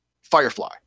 Firefly